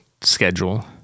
schedule